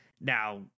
now